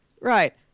Right